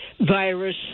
virus